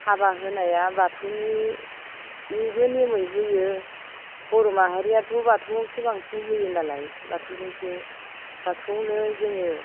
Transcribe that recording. हाबा होनाया बाथौनि बेबो नियमै होयो बर' माहारियाथ' बाथौआवसो बांसिन होयो नालाय बाथौजोंसो बाथौआवनो जोङो